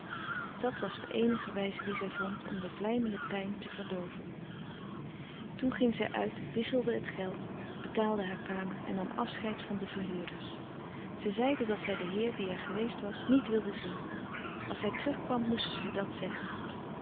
dat was de eenige wijze die zij vond om de vlijmende pijn te verdooven toen ging zij uit wisselde t geld betaalde haar kamer en nam afscheid van de verhuurders zij zeide dat zij den heer die er geweest was niet wilde zien als hij terug kwam moesten ze dat zeggen